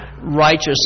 righteous